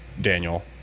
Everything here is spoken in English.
Daniel